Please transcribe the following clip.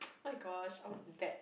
oh-my-gosh I was that